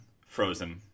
Frozen